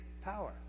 power